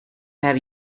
have